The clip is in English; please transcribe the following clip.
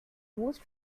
most